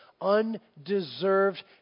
undeserved